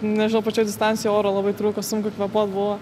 nežinau pačioj distancijoj oro labai trūko sunku kvėpuot buvo